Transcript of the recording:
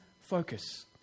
focus